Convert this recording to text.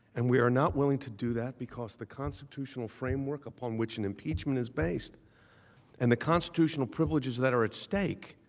and we are not willing to do that because the constitutional framework upon which and impeachment is based and the privileges that are at stake